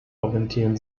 orientieren